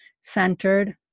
centered